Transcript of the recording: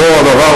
אותו הדבר,